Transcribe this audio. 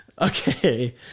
Okay